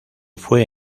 fue